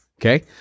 okay